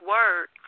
Word